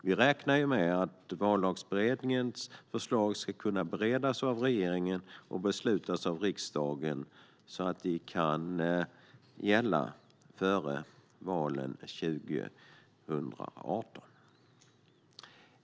Vi räknar med att Vallagsutredningens förslag ska kunna beredas av regeringen och beslutas av riksdagen så att de kan gälla före valen 2018.